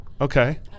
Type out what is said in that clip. Okay